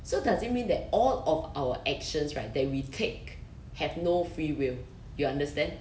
so does it mean that all of our actions right that we take have no free will you understand